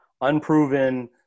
unproven